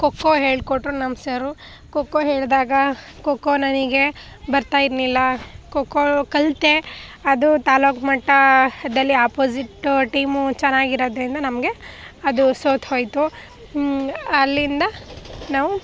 ಖೋಖೋ ಹೇಳಿಕೊಟ್ರು ನಮ್ಮ ಸರು ಖೋಖೋ ಹೇಳಿದಾಗ ಖೋಖೋ ನನಗೆ ಬರ್ತಾ ಇರ್ಲಿಲ್ಲ ಖೋಖೋ ಕಲಿತೆ ಅದು ತಾಲ್ಲೂಕು ಮಟ್ಟದಲ್ಲಿ ಅಪೊಸಿಟ್ಟು ಟೀಮು ಚೆನ್ನಾಗಿರೋದ್ರಿಂದ ನಮಗೆ ಅದು ಸೋತು ಹೋಯಿತು ಅಲ್ಲಿಂದ ನಾವು